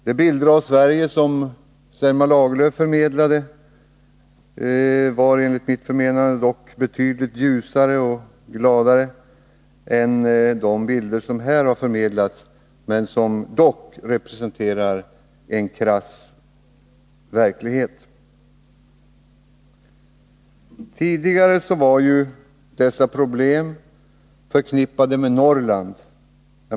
De bilder av Sverige som Selma Lagerlöf förmedlade var enligt min mening betydligt ljusare och gladare än de bilder som här har förmedlats men som representerar en krass verklighet. Tidigare var arbetslöshetsproblemen förknippade med Norrland.